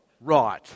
right